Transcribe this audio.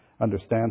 understand